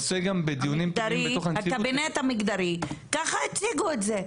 ויושבת-ראש הקבינט המגדרי, ככה הציגו את זה.